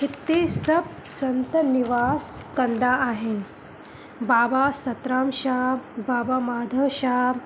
हिते सभु संत निवास कंदा आहिनि बाबा सतराम शाह बाबा माधव शाह